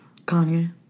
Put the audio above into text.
Kanye